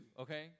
okay